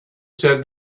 said